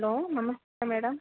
hello ನಮಸ್ತೆ madam